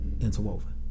interwoven